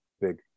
big